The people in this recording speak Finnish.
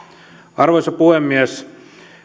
arvoisa puhemies